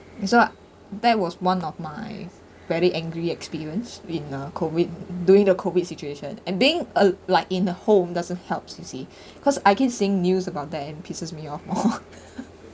that's what that was one of my very angry experience in uh COVID during the COVID situation and being uh like in a home doesn't help you see cause I can seeing news about that and pisses me off more